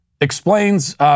Explains